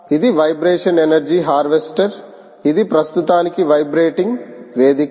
ఇది vibration energy harvester ఇది ప్రస్తుతానికి వైబ్రేటింగ్ వేదిక